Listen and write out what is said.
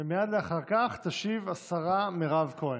מייד אחר כך תשיב השרה מירב כהן.